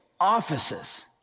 offices